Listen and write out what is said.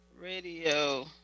Radio